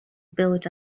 build